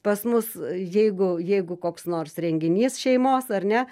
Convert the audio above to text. pas mus jeigu jeigu koks nors renginys šeimos ar ne